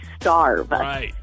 starve